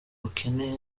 ukeneye